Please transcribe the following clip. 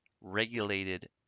regulated